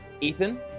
Ethan